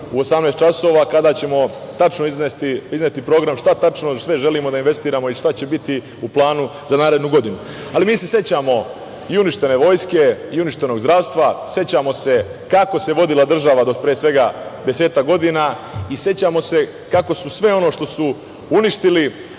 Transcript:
časova kada ćemo tačno izneti program šta tačno sve želimo da investiramo i šta će biti u planu za narednu godinu. Mi se sećamo i uništene vojske, uništenog zdravstva, sećamo se kako se vodila država do pre svega desetak godina i sećamo se kako su sve ono što su uništili